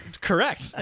correct